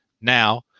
now